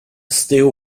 steel